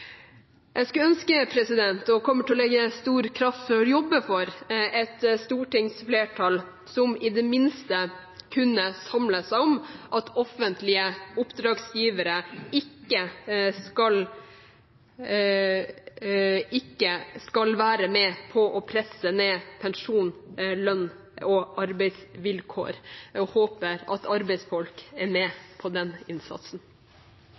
Jeg skulle ønske meg – og kommer til å legge stor kraft i å jobbe for – et stortingsflertall som i det minste kunne samle seg om at offentlige oppdragsgivere ikke skal være med på å presse ned pensjon, lønn og arbeidsvilkår, og håper at arbeidsfolk er med på den innsatsen.